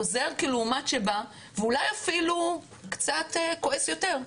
חוזר כלעומת שבא ואולי אפילו קצת כועס יותר,